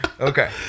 okay